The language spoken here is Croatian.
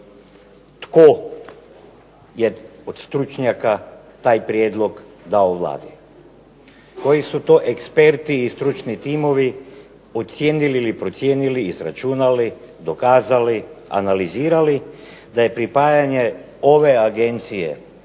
Tko je od stručnjaka taj prijedlog dao Vladi? Koji su to eksperti i stručni timovi ocijenili ili procijenili, izračunali, dokazali, analizirali da je pripajanje ove agencije